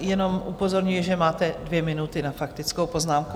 Jenom upozorňuji, že máte dvě minuty na faktickou poznámku.